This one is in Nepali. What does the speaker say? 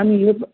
अनि यो